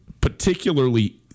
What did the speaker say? particularly